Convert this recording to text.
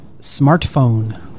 Smartphone